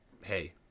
hey